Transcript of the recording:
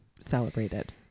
celebrated